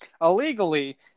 illegally